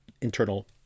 internal